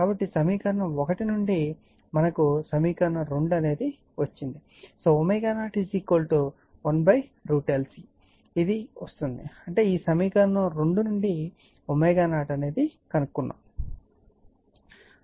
కాబట్టి సమీకరణం 1 నుండి మనకు సమీకరణం 2 వచ్చింది ω0 1√ ఇది వస్తుంది అంటే ఈ సమీకరణం 2 నుండి ω0 కనుగొనండి